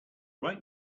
right